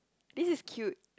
this is cute